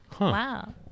Wow